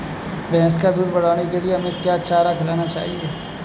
भैंस का दूध बढ़ाने के लिए हमें क्या चारा खिलाना चाहिए?